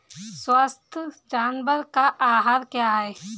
स्वस्थ जानवर का आहार क्या है?